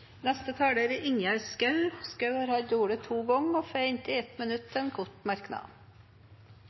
Ingjerd Schou har hatt ordet to ganger tidligere og får ordet til en kort merknad,